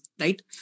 right